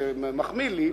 זה מחמיא לי,